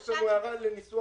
יש לנו הערה לניסוח,